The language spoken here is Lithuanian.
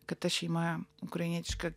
kad ta šeima ukrainietiška